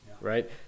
right